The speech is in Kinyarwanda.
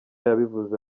yabivuze